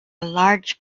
large